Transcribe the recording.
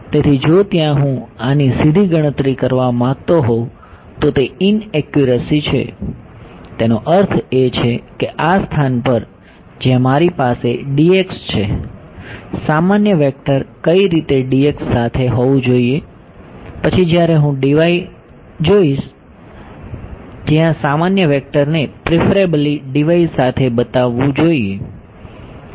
તેથી જો ત્યાં હું આની સીધી ગણતરી કરવા માંગતો હોઉં તો તે ઇનએક્યુરસી છે તેનો અર્થ એ છે કે આ સ્થાન પર જ્યાં મારી પાસે છે સામાન્ય વેક્ટર કઈ રીતે સાથે હોવું જોઈએ પછી જ્યારે હું એ જઈશ જ્યાં સામાન્ય વેક્ટરને પ્રિફરેબલી સાથે બતાવવું જોઈએ